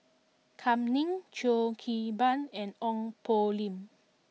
Kam Ning Cheo Kim Ban and Ong Poh Lim